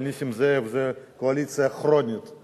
אבל נסים זאב זה קואליציה כרונית,